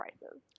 prices